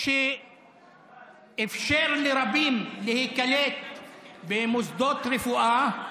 שאפשר לרבים להיקלט במוסדות רפואה רשמיים,